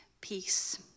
peace